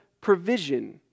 provision